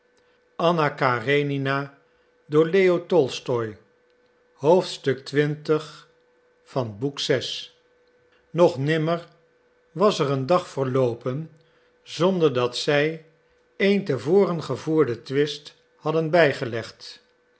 nog nimmer was er een dag verloopen zonder dat zij een te voren gevoerden twist hadden bijgelegd